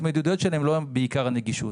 ההתמודדויות שלהם הם לא בעיקר הנגישות.